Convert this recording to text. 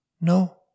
No